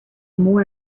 more